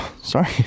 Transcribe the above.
Sorry